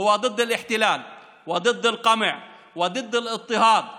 הוא נגד הכיבוש ונגד הדיכוי ונגד העושק.